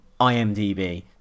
IMDb